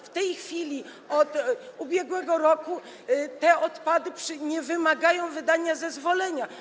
W tej chwili od ubiegłego roku te odpady nie wymagają wydania zezwolenia.